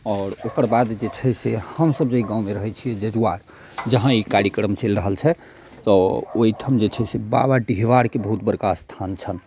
आओर ओकर बाद जे छै से हमसब जे गाँव मे रहै छियै जजुआर जहाँ ई कार्यक्रम चलि रहल छै तऽ ओइठम जे छै से बाबा डिहबारके बहुत बड़का स्थान छनि